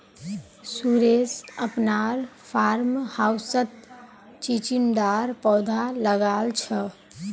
सुरेश अपनार फार्म हाउसत चिचिण्डार पौधा लगाल छ